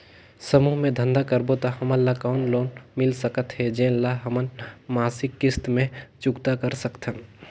समूह मे धंधा करबो त हमन ल कौन लोन मिल सकत हे, जेन ल हमन मासिक किस्त मे चुकता कर सकथन?